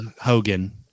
Hogan